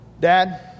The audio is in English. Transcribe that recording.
Dad